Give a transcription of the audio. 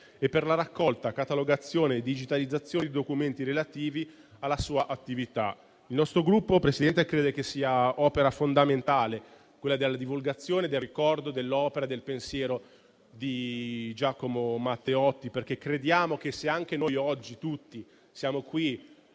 e per la raccolta, catalogazione e digitalizzazione di documenti relativi alla sua attività. Il nostro Gruppo, Presidente, crede che sia fondamentale la divulgazione del ricordo dell'opera e del pensiero di Giacomo Matteotti: se oggi noi tutti siamo qui